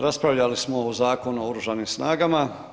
Raspravljali smo o Zakonu o Oružanim snagama.